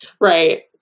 right